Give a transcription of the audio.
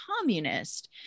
communist